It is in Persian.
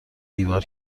دیوار